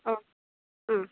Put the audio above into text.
ഓ ആ